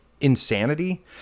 Insanity